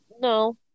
no